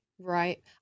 Right